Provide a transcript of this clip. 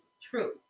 true